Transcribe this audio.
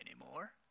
anymore